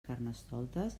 carnestoltes